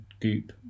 goop